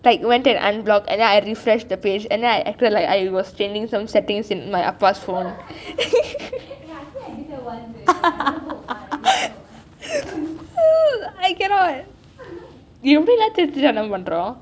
went and unblock and then I refresh the page and then I acted like I was changing some settings in my அப்பா:appa 's phone one I cannot எப்படி தான் திருட்டுத்தனம் பன்றோம்:eppadi thaan thiruthuthanam panrom